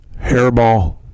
Hairball